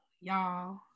Y'all